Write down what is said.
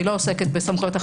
היא לא עוסקת בסמכויות אכיפה.